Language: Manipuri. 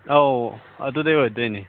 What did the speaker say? ꯑꯧ ꯑꯗꯨꯗꯩ ꯑꯣꯏꯗꯣꯏꯅꯤ